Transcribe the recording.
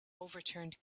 overturned